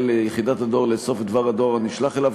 ליחידת הדואר לאסוף את דבר הדואר שנשלח אליו,